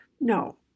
No